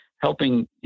helping